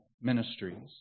ministries